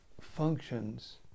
functions